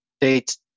date